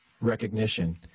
recognition